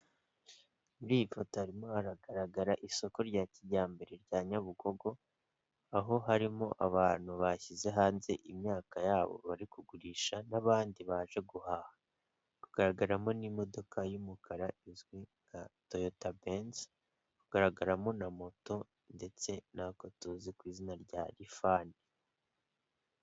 Muri iyi poto harimo hagaragara isoko rya kijyambere rya Nyabugogo, aho harimo abantu bashyize hanze imyaka yabo bari kugurisha n'abandi baje guhaha, hagaragaramo n'imodoka y'umukara izwi nka toyota benzi hari kugaragaramo na moto ndetse n'ako tuzi ku izina rya rifani.